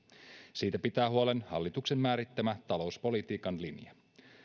siitä pitää huolen hallituksen määrittämä talouspolitiikan linja